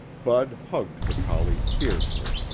bud hugged the collie fiercely.